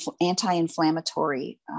anti-inflammatory